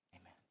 Amen